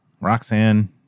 Roxanne